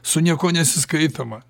su niekuo nesiskaitoma